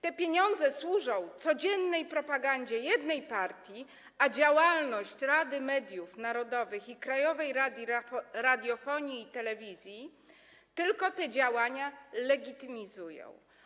Te pieniądze służą codziennej propagandzie jednej partii, a działalność Rady Mediów Narodowych i Krajowej Rady Radiofonii i Telewizji tylko te działania legitymizują.